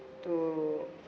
to